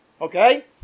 Okay